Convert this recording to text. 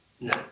No